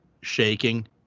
shaking